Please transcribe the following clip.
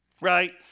right